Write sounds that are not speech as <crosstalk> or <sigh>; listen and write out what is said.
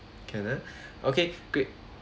can ah <breath> okay great